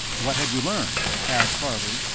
what had you learned? asked harley,